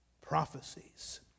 prophecies